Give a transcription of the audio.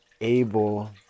able